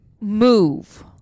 move